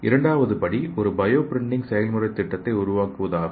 இரண்டாவது படி ஒரு பயோ பிரிண்டிங் செயல்முறை திட்டத்தை உருவாக்குவதாகும்